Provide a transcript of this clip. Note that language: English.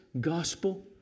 gospel